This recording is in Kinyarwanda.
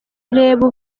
reba